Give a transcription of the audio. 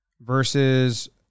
versus